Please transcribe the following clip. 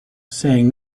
saying